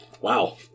Wow